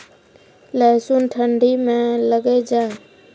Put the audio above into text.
लहसुन ठंडी मे लगे जा?